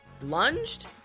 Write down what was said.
Lunged